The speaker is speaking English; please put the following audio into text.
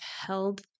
held